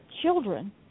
children